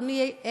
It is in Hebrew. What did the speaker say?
אדוני,